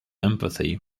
empathy